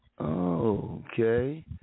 Okay